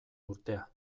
urtea